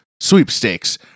sweepstakes